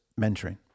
mentoring